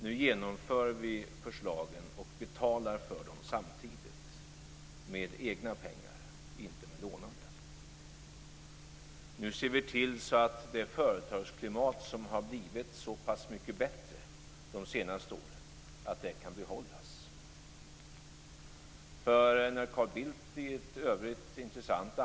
Nu genomför vi förslagen och betalar för dem samtidigt - med egna pengar, inte med lånade. Nu ser vi till att det företagsklimat som har blivit så pass mycket bättre de senaste åren kan behållas. När Carl Bildt - välkommen tillbaka till riksdagen!